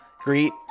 greet